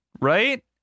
right